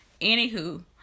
Anywho